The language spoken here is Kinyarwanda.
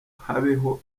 habeho